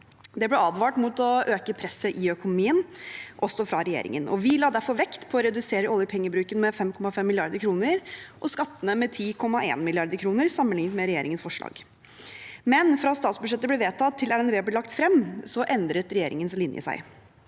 Det ble advart mot å øke presset i økonomien, også fra regjeringen. Vi la derfor vekt på å redusere oljepengebruken med 5,5 mrd. kr og skattene med 10,1 mrd. kr sammenlignet med regjeringens forslag. Men fra statsbudsjettet ble vedtatt til RNB ble lagt frem, endret regjeringens linje seg.